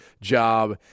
job –